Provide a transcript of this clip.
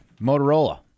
Motorola